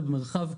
במרחב,